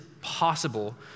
possible